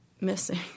missing